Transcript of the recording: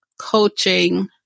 coaching